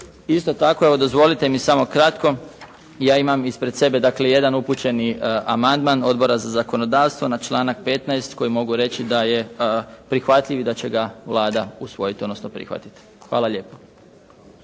Isto tako, evo dozvolite mi samo kratko, ja imam ispred sebe, dakle jedan upućeni amandman Odbora za zakonodavstvo na članak 15. koji mogu reći da je prihvatljiv i da će ga Vlada usvojiti, odnosno prihvatiti. Hvala lijepo.